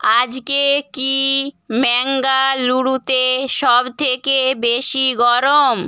আজকে কি ম্যাঙ্গালুরুতে সবথেকে বেশি গরম